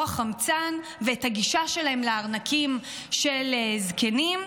החמצן ואת הגישה שלהם לארנקים של זקנים.